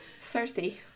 Cersei